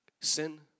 sin